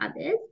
others